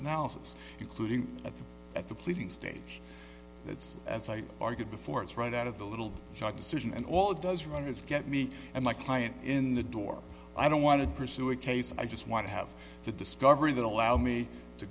analysis including at the at the pleading stage it's as i argued before it's right out of the little shock decision and all it does run is get me and my client in the door i don't want to pursue a case i just want to have the discovery that allow me to